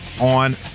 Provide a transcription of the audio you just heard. on